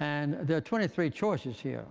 and there are twenty three choices here